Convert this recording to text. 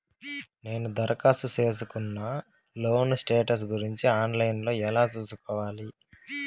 నేను దరఖాస్తు సేసుకున్న లోను స్టేటస్ గురించి ఆన్ లైను లో ఎలా సూసుకోవాలి?